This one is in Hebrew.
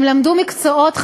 הם למדו מקצועות חדשים.